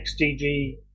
xdg